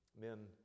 Men